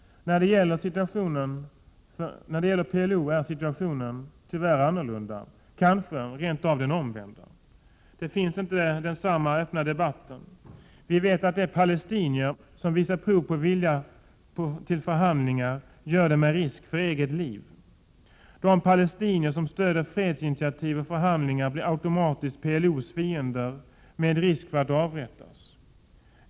När det gäller PLO är situationen tyvärr en annan, kanske rent av den omvända. Där finns inte samma öppna debatt. Vi vet att de palestinier som visar prov på vilja till förhandling gör det med risk för eget liv. De palestinier som stöder fredsinitiativ och förhandlingar blir automatiskt PLO:s fiender, med risk för att avrättas.